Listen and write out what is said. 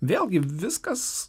vėlgi viskas